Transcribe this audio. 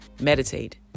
meditate